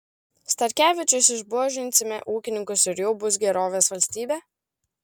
starkevičius išbuožinsime ūkininkus ir jau bus gerovės valstybė